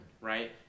Right